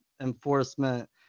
enforcement